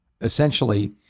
essentially